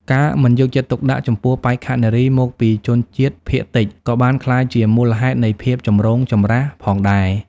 ការមិនយកចិត្តទុកដាក់ចំពោះបេក្ខនារីមកពីជនជាតិភាគតិចក៏បានក្លាយជាមូលហេតុនៃភាពចម្រូងចម្រាសផងដែរ។